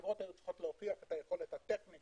היו צריכות להוכיח את יכולתן הטכנית